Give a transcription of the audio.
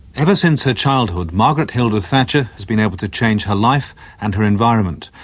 ever since her childhood, margaret hilda thatcher has been able to change her life and her environment.